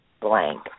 blank